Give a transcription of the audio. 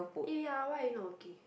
eh ya why you not okay